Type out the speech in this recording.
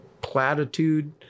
platitude